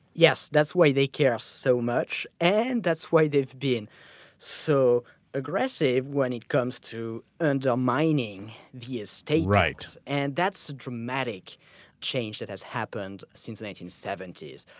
yes, that's why they care so much, and that's why they've been so aggressive when it comes to undermining the estate. and that's a dramatic change that has happened since the nineteen seventy s.